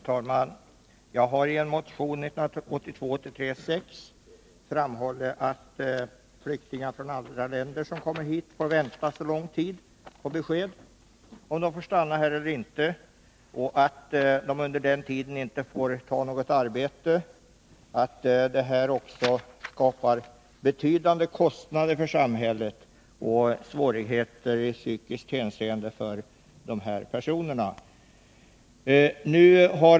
Herr talman! Jag har i motion 1982/83:6 framhållit att flyktingar som kommer hit från andra länder får vänta länge på besked om de får stanna här eller inte, att de under den tiden inte får ta något arbete och att detta skapar betydande kostnader för samhället och svårigheter i psykiskt hänseende för dessa personer.